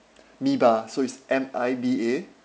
miba so it's M I B A